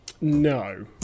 No